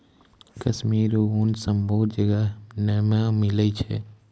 कश्मीरी ऊन सभ्भे जगह नै मिलै छै